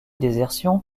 désertion